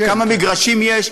כמה מגרשים יש,